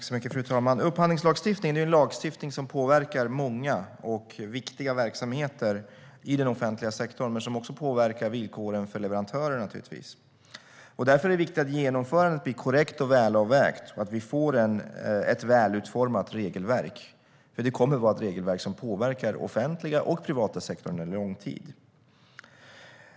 Fru talman! Upphandlingslagstiftningen är en lagstiftning som påverkar många och viktiga verksamheter i den offentliga sektorn. Den påverkar också villkoren för leverantörer, naturligtvis. Därför är det viktigt att genomförandet blir korrekt och välavvägt och att vi får ett välutformat regelverk. Det kommer nämligen att vara ett regelverk som påverkar den offentliga och den privata sektorn under lång tid.